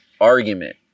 argument